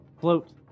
float